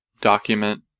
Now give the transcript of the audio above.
document